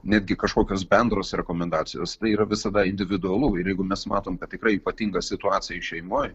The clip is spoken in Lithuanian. netgi kažkokios bendros rekomendacijos tai yra visada individualu ir jeigu mes matom kad tikrai ypatinga situacija šeimoj